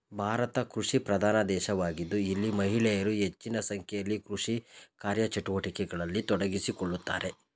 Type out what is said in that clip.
ಭಾರತ ಕೃಷಿಪ್ರಧಾನ ದೇಶವಾಗಿದ್ದು ಇಲ್ಲಿ ಮಹಿಳೆಯರು ಹೆಚ್ಚಿನ ಸಂಖ್ಯೆಯಲ್ಲಿ ಕೃಷಿ ಕಾರ್ಯಚಟುವಟಿಕೆಗಳಲ್ಲಿ ತೊಡಗಿಸಿಕೊಳ್ಳುತ್ತಾರೆ